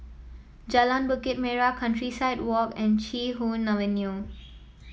Jalan Bukit Merah Countryside Walk and Chee Hoon Avenue